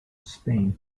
spain